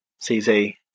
Cz